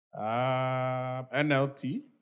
NLT